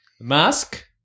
mask